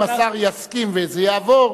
אם השר יסכים וזה יעבור,